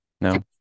no